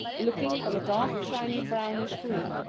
looking of a dark shiny brownish green,